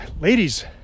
ladies